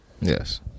Yes